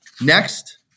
Next